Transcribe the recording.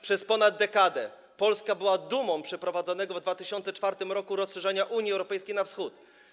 Przez ponad dekadę Polska była dumą przeprowadzonego w 2004 r. rozszerzenia Unii Europejskiej na wschód.